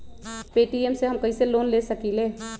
Paytm से हम कईसे लोन ले सकीले?